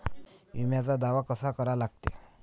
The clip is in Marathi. बिम्याचा दावा कसा करा लागते?